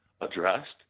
addressed